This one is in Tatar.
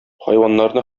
хайваннарны